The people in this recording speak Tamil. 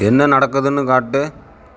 என்ன நடக்குதுன்னு காட்டு